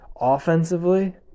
Offensively